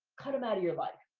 cut em out of your life.